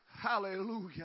Hallelujah